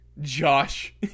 Josh